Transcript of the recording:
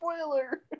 spoiler